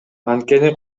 анткени